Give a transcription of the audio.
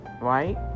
right